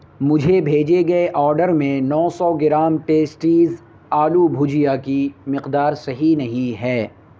مجھے بھیجے گئے آرڈر میں نو سو گرام ٹیسٹیز آلو بھجیا کی مقدار صحیح نہیں ہے